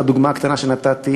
מהדוגמה הקטנה שנתתי,